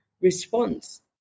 response